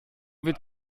wird